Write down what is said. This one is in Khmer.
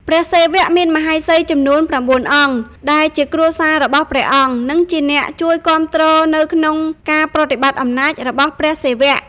ព្រះសិវៈមានមហេសីចំនួន ៩ អង្គ ដែលជាគ្រួសាររបស់ព្រះអង្គ និងជាអ្នកជួយគាំទ្រនៅក្នុងការប្រតិបត្តិអំណាចរបស់ព្រះសិវៈ។